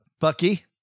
Bucky